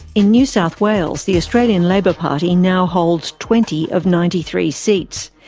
in new south wales, the australian labor party now holds twenty of ninety three seats.